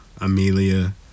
amelia